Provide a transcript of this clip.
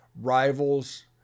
rivals